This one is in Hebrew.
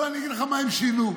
אני אגיד לך מה הם שינו.